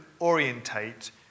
orientate